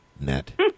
net